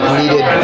needed